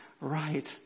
right